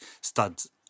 studs